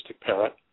parent